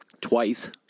Twice